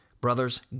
Brothers